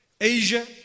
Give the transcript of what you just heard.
Asia